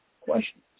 questions